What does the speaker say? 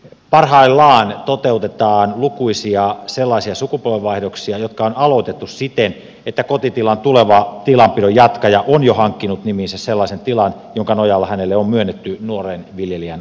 parhaillaan toteutetaan lukuisia sellaisia sukupolvenvaihdoksia jotka on aloitettu siten että kotitilan tuleva tilanpidon jatkaja on jo hankkinut nimiinsä sellaisen tilan jonka nojalla hänelle on myönnetty nuoren viljelijän aloitustuki